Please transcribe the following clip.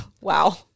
Wow